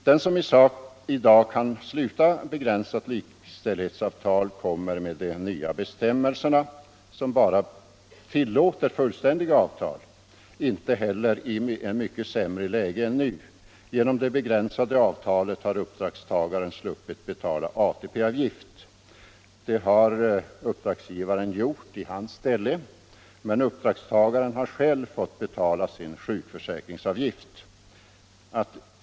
Den som i dag kan sluta begränsat likställighetsavtal kommer med de nya bestämmelserna, som bara tillåter fullständiga avtal, inte heller i ett mycket sämre läge än nu. Genom det begränsade avtalet har uppdragstagare sluppit betala ATP-avgift. Det har uppdragsgivaren gjort i hans ställe. Däremot har uppdragstagaren själv fått betala sin sjukförsäkringsavgift.